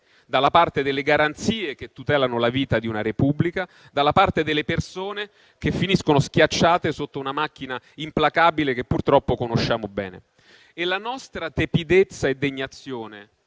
dalla parte delle garanzie che tutelano la vita di una Repubblica, dalla parte delle persone che finiscono schiacciate sotto una macchina implacabile che purtroppo conosciamo bene. E la nostra tepidezza e degnazione